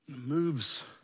moves